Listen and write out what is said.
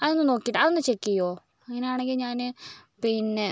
അതൊന്ന് നോക്കിയിട്ട് അതൊന്ന് ചെക്ക് ചെയ്യുമോ അങ്ങനെ ആണെങ്കിൽ ഞാന് പിന്നെ